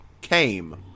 came